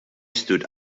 stood